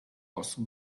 osób